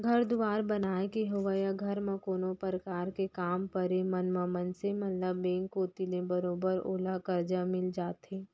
घर दुवार बनाय के होवय या घर म कोनो परकार के काम परे म मनसे मन ल बेंक कोती ले बरोबर ओला करजा मिल जाथे